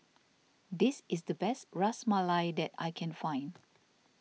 this is the best Ras Malai that I can find